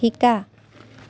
শিকা